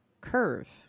curve